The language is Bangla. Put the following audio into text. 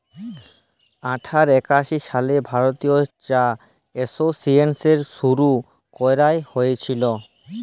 আঠার শ একাশি সালে ভারতীয় চা এসোসিয়েশল শুরু ক্যরা হঁইয়েছিল